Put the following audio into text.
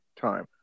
time